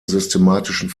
systematischen